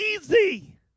easy